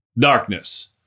darkness